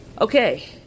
Okay